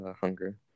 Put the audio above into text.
hunger